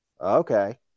Okay